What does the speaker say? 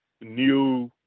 new